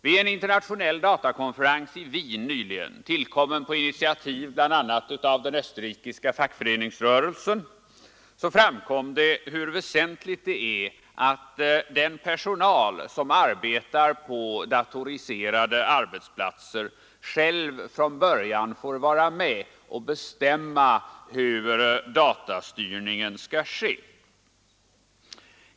Vid en internationell datakonferens i Wien nyligen, tillkommen på initiativ bl.a. av den österikiska fackföreningsrörelsen, framkom hur väsentligt det är att den personal som arbetar på datoriserade arbetsplatser själv från början får vara med och bestämma hur datastyrningen skall ske.